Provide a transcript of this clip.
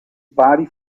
pari